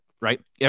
right